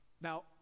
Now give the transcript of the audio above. now